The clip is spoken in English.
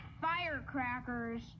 firecrackers